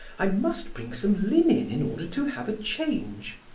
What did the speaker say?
i must bring some linen in order to have a change.